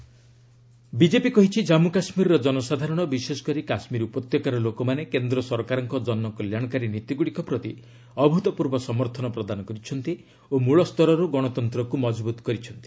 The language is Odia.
J and K BDC BJP କହିଛି ଜାମ୍ମୁ କାଶ୍କୀରର ଜନସାଧାରଣ ବିଶେଷ କରି କାଶ୍କୀର ଉପତ୍ୟକାର ଲୋକମାନେ କେନ୍ଦ୍ର ସରକାରଙ୍କ ଜନକଲ୍ୟାଣକାରୀ ନୀତିଗୁଡ଼ିକ ପ୍ରତି ଅଭୁତପୂର୍ବ ସମର୍ଥନ ପ୍ରଦାନ କରିଛନ୍ତି ଓ ମୂଳ ସ୍ତରରୁ ଗଣତନ୍ତକୁ ମଜବୁତ କରିଛନ୍ତି